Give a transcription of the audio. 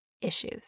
issues